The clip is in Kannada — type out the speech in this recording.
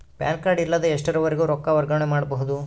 ಪ್ಯಾನ್ ಕಾರ್ಡ್ ಇಲ್ಲದ ಎಷ್ಟರವರೆಗೂ ರೊಕ್ಕ ವರ್ಗಾವಣೆ ಮಾಡಬಹುದು?